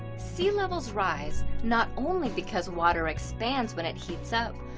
sea levels rise not only because water expands when it heats up,